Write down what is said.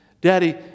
Daddy